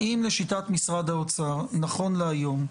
האם לשיטת משרד האוצר נכון להיום,